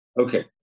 Okay